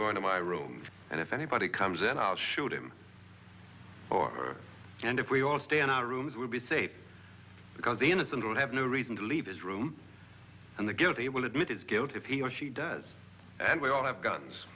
going to my room and if anybody comes in i'll shoot him or her and if we all stay in our rooms will be safe because the innocent will have no reason to leave his room and the guilty will admit his guilt if he or she does and we all have guns